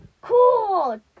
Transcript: Cool